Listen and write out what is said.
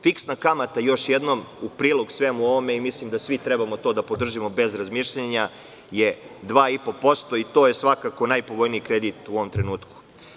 Fiksna kamata, još jednom u prilog svemu ovome i mislim da svi treba to da podržimo bez razmišljanja, je 2,5% i to je svakako najpovoljniji kredit u ovom trenutku.